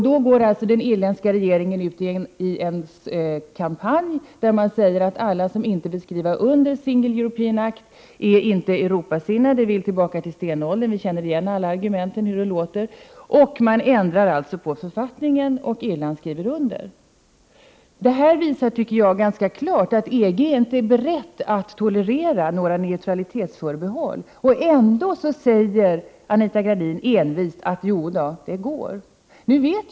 Då går den irländska regeringen ut i en kampanj där den säger att alla som inte vill skriva under Single European Act inte är Europasinnade utan vill tillbaka till stenåldern — vi känner igen alla argument. Man ändrar på författningen, och Irland skriver under. Detta visar ganska klart att EG inte är beredd att tolerera några neutralitetsförbehåll. Ändå säger Anita Gradin envist att det är möjligt.